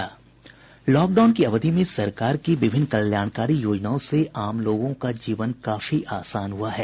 lockdown की अवधि में सरकार की विभिन्न कल्याणकारी योजनाओं से आम लोगों का जीवन काफी आसान हुआ है